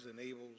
enables